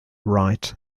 right